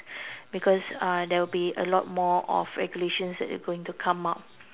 because uh there will be a lot more of regulations that going to come up